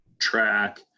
track